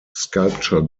sculpture